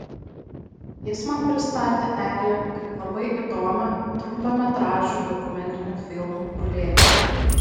jis man pristatė eglę kaip labai įdomią trumpametražių dokumentinių filmų kūrėją